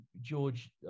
George